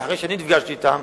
אחרי שאני נפגשתי אתם,